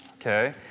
okay